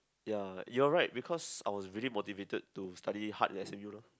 ya you're right because I was really motivated to study hard in s_m_u lor